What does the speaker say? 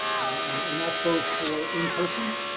and and that's both for in person,